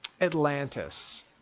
Atlantis